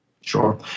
Sure